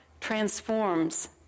transforms